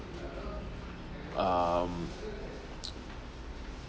um